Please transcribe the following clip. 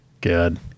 Good